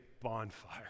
bonfire